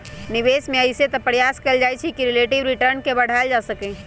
निवेश में अइसे तऽ प्रयास कएल जाइ छइ कि रिलेटिव रिटर्न के बढ़ायल जा सकइ